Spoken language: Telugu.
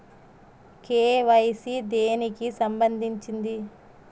కే.వై.సీ దేనికి సంబందించింది?